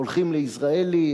הולכים ל"עזריאלי",